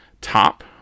top